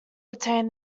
retain